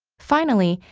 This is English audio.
finally,